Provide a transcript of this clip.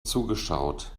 zugeschaut